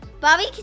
Bobby